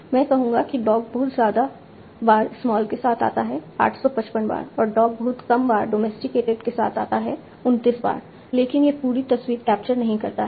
मैं कहूंगा कि डॉग बहुत ज्यादा बार स्माल के साथ आता है 855 बार और डॉग बहुत कम बार डॉमेस्टिकेटेड के साथ आता है 29 बार लेकिन यह पूरी तस्वीर कैप्चर नहीं करता है